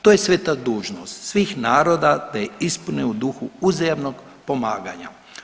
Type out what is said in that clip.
To je sveta dužnost svih naroda da je ispune u duhu uzajamnog pomaganja.